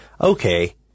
okay